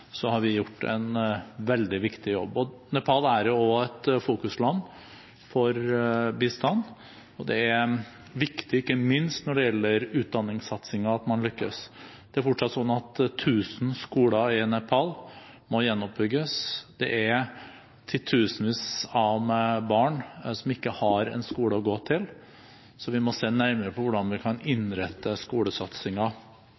har gjort en veldig viktig jobb. Nepal er også et fokusland for bistand. Det er viktig ikke minst når det gjelder utdanningssatsingen at man lykkes. Det er fortsatt sånn at tusen skoler i Nepal må gjenoppbygges. Det er titusenvis av barn som ikke har en skole å gå til, så vi må se nærmere på hvordan vi kan innrette